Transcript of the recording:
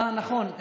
אה, נכון.